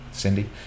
Cindy